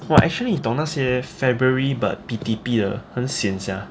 !wah! actually 你懂那些 february but P_T_P 的很 sian sia